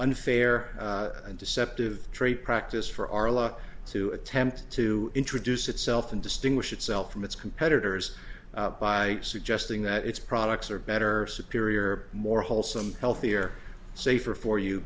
unfair and deceptive trade practice for our law to attempt to introduce itself and distinguish itself from its competitors by suggesting that its products are better superior more wholesome healthier safer for you